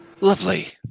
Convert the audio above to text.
Lovely